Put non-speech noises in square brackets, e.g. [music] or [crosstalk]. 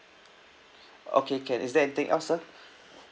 [breath] okay can is there anything else sir [breath]